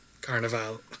carnival